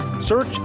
search